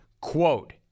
Quote